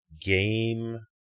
game